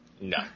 No